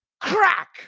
Crack